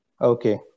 Okay